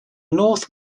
north